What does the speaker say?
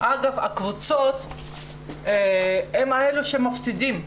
אגב, הקבוצות הן אלה שמפסידות.